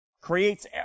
Creates